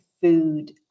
food